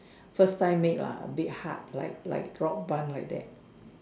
first time made lah a bit hard like like rock bun like that